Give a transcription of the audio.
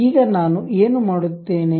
ಈಗ ನಾನು ಏನು ಮಾಡುತ್ತೇನೆ